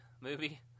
movie